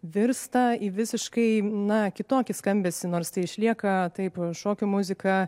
virsta į visiškai na kitokį skambesį nors tai išlieka taip šokių muzika